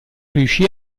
riuscì